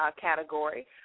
category